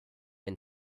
and